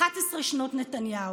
11 שנות נתניהו.